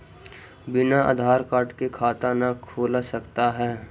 बिना आधार कार्ड के खाता न खुल सकता है?